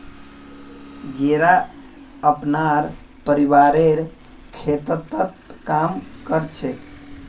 येरा अपनार परिवारेर खेततत् काम कर छेक